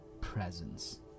presence